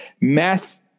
math